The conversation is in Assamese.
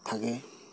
থাকে